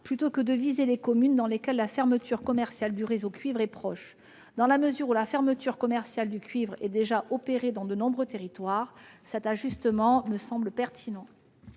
plutôt que de viser les communes dans lesquelles la fermeture commerciale du réseau cuivre est proche. Dans la mesure où la fermeture commerciale du réseau cuivre est déjà effective dans de nombreux territoires, cet ajustement me semble pertinent.